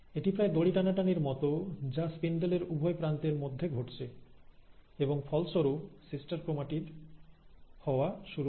এটি প্রায় দড়ি টানাটানির মত যা স্পিন্ডলের উভয় প্রান্তের মধ্যে ঘটছে এবং ফলস্বরূপ সিস্টার ক্রোমাটিড হওয়া শুরু করে